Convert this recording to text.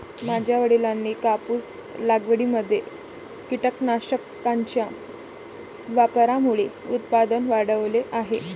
माझ्या वडिलांनी कापूस लागवडीमध्ये कीटकनाशकांच्या वापरामुळे उत्पादन वाढवले आहे